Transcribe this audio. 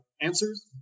answers